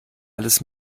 alles